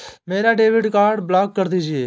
मेरा debit card block कर दीजिए